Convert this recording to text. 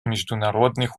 международных